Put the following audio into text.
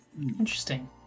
interesting